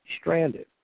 stranded